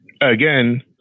again